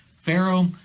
Pharaoh